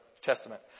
Testament